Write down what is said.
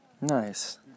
Nice